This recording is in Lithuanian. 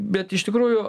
bet iš tikrųjų